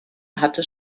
hatte